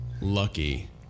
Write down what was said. lucky